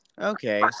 Okay